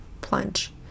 plunge